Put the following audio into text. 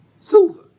Silver